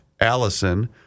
Allison